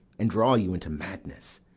and draw you into madness?